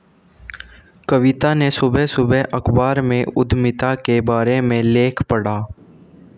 कविता ने सुबह सुबह अखबार में उधमिता के बारे में लेख पढ़ा